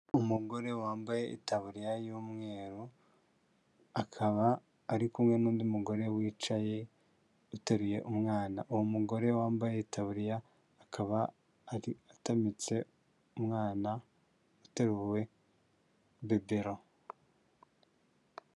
Umugore wambaye itaburiya y'umweru akaba ari kumwe n'undi mugore wicaye uteruye umwana, uwo mugore wambaye itaburiya akaba atamitse umwana uteruwe bebero.